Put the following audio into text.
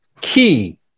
key